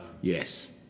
Yes